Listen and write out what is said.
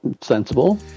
Sensible